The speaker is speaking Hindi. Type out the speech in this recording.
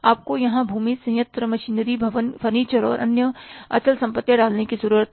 आपको यहां भूमि संयंत्र मशीनरी भवन फर्नीचर और अन्य अचल संपत्तियां डालने की जरूरत है